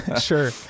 Sure